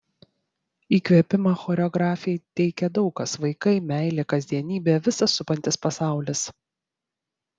įkvėpimą choreografei teikia daug kas vaikai meilė kasdienybė visas supantis pasaulis